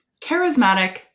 charismatic